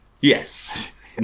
Yes